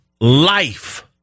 life